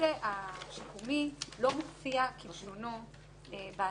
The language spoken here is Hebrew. הנושא השיקומי לא מופיע כלשונו בהצעה.